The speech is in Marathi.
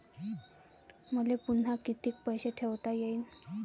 मले पुन्हा कितीक पैसे ठेवता येईन?